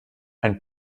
ein